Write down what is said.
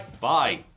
Bye